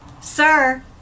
Sir